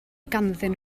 ganddyn